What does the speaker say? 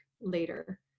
later